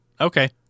Okay